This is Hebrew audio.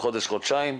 חודש-חודשיים,